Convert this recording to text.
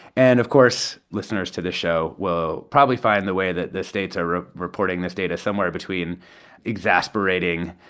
and, of course, listeners to this show will probably find the way that the states are ah reporting this data somewhere between exasperating,